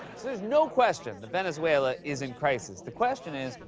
there's no question that venezuela is in crisis. the question is,